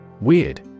Weird